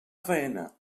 faena